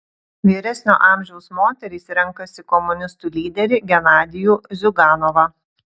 vyresnio amžiaus moterys renkasi komunistų lyderį genadijų ziuganovą